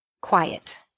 quiet